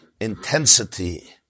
intensity